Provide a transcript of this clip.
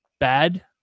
Bad